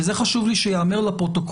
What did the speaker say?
וחשוב לי שזה ייאמר לפרוטוקול,